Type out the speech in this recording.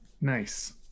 Nice